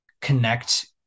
connect